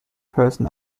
person